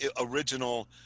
original